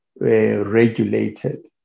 regulated